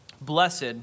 Blessed